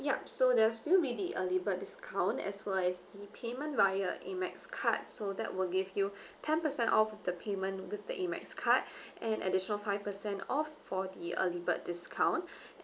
yup so there'll still be the early bird discount as for as the payment via Amex card so that will give you ten percent off the payment with the amex card and additional five percent off for the early bird discount